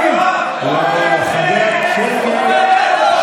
אני רוצה לומר לחבריי,